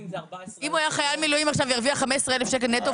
אם הוא היה חייל מילואים והרוויח 15,000 שקלים נטו,